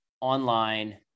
online